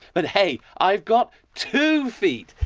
but hey, i've got two feet.